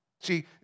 See